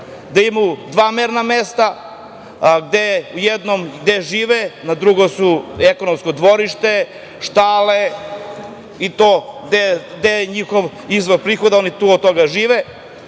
da imaju dva merna mesta, jedno gde žive, na drugo su ekonomsko dvorište štale i to gde je njihov izvor prihoda, od toga žive,